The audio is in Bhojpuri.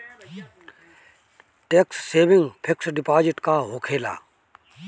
टेक्स सेविंग फिक्स डिपाँजिट का होखे ला?